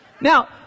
Now